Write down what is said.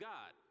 God